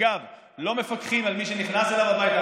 אגב, לא מפקחים על מי שנכנס אליו הביתה.